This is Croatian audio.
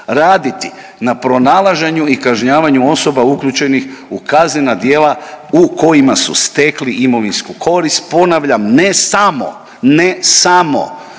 na pronalaženju i kažnjavanju osoba uključenih u kaznena djela u kojima su stekli imovinsku korist, ponavljam ne samo, ne samo